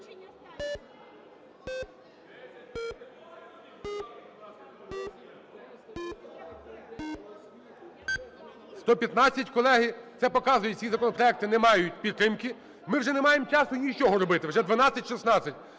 За-115 Колеги, це показує: ці законопроекти не мають підтримки. Ми вже не маємо часу нічого робити, вже 12:16.